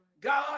God